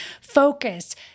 focus